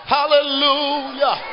hallelujah